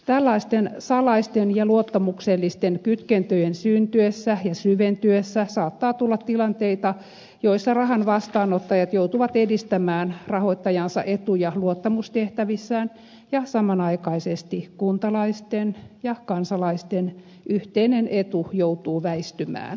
tällaisten salaisten ja luottamuksellisten kytkentöjen syntyessä ja syventyessä saattaa tulla tilanteita joissa rahan vastaanottajat joutuvat edistämään rahoittajansa etuja luottamustehtävissään ja samanaikaisesti kuntalaisten ja kansalaisten yhteinen etu joutuu väistymään